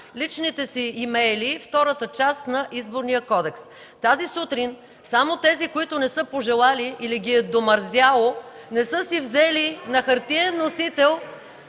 личните си имейли втората част на Изборния кодекс. Тази сутрин само тези, които не са пожелали или ги е домързяло не са си взели на хартиен носител